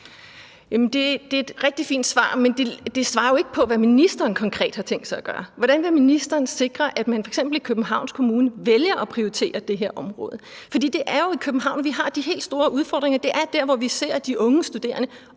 Det er et rigtig fint svar, men det giver ikke et svar på, hvad ministeren konkret har tænkt sig at gøre. Hvordan vil ministeren sikre, at man f.eks. i Københavns Kommune vælger at prioritere det her område? For det er jo i København, vi har de helt store udfordringer; det er der, hvor vi ser de unge studerende